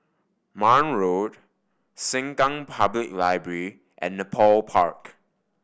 Marne Road Sengkang Public Library and Nepal Park